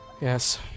Yes